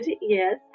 yes